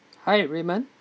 hi raymond